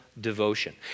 devotion